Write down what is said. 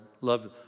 Love